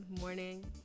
morning